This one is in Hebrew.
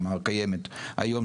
מה שקיים היום,